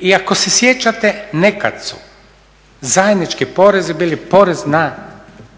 I ako se sjećate nekad su zajednički porezi bili porez na dohodak